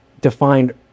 defined